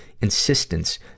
insistence